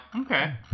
Okay